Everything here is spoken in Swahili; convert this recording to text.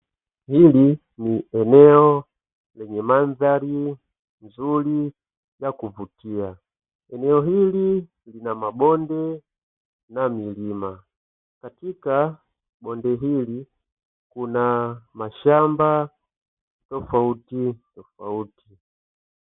Hili ni eneo lenye mandhari nzuri ya kuvutia, eneo hili lina mabonde na milima, katika bonde hili kuna mashamba tofautitofauti.